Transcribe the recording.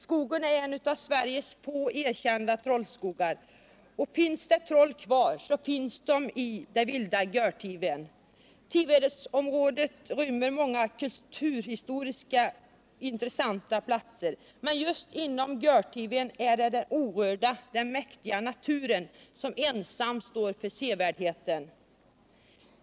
Skogen är en av Sveriges få erkända trollskogar, och finns det troll kvar, så finns de i den vilda Görtiven. Tivedsområdet gömmer många kulturhistoriskt intressanta platser, men just inom Görtiven är det den orörda och mäktiga naturen som ensam står för sevärdheten.